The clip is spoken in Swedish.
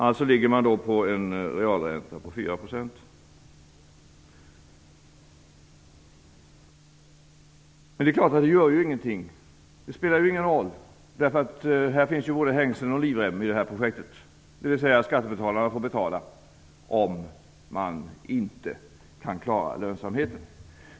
Alltså är realräntan nu Men det spelar ju ingen roll, därför att det finns både hängslen och livrem i projektet, dvs. skattebetalarna får betala om man inte kan klara lönsamheten.